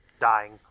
dying